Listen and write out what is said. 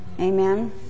Amen